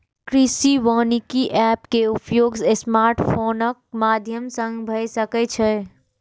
कृषि वानिकी एप के उपयोग स्मार्टफोनक माध्यम सं भए सकै छै